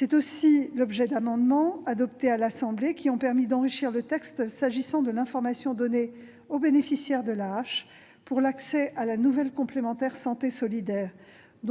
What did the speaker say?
est aussi l'objet d'amendements adoptés par l'Assemblée nationale, qui ont permis d'enrichir le texte s'agissant de l'information donnée aux bénéficiaires de l'AAH pour l'accès à la nouvelle « complémentaire santé solidaire »-